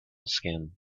skin